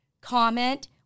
comment